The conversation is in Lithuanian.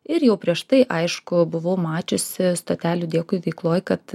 ir jau prieš tai aišku buvau mačiusi stotelių dėkui veikloj kad